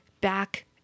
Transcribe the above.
back